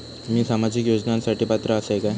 मी सामाजिक योजनांसाठी पात्र असय काय?